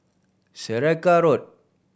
Saraca Road